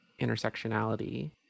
intersectionality